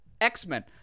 X-Men